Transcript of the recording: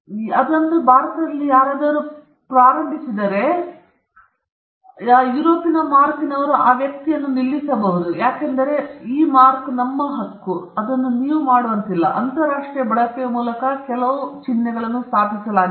ಇಕೆಯಾವನ್ನು ಬಳಸುವುದನ್ನು ಯಾರಾದರೂ ಪ್ರಾರಂಭಿಸಿದರೆ ಇಕೆಯಾ ಇನ್ನು ಮುಂದೆ ಬಂದು ಆ ವ್ಯಕ್ತಿಯನ್ನು ನಿಲ್ಲಿಸಿಬಿಡಬಹುದು ಯಾಕೆಂದರೆ ಮಾರ್ಕ್ ಬಳಕೆ ಅವರ ಹಕ್ಕು ಅಂತರರಾಷ್ಟ್ರೀಯ ಬಳಕೆಯ ಮೂಲಕ ಸ್ಥಾಪಿಸಲಾಗಿದೆ